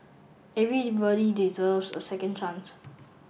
everybody deserves a second chance